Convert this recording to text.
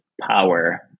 power